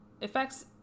effects